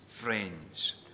friends